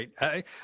right